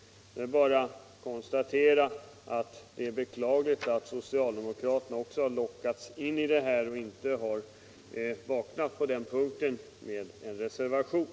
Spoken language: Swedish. Det är också att beklaga att socialdemokraterna har lockats med i detta och inte vaknat på den här punkten och avgivit en reservation.